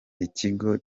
ikigo